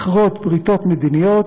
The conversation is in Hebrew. לכרות בריתות מדיניות